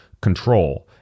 control